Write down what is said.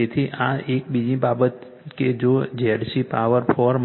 તેથી આ એક બીજી બાબત કે જો ZC 4 4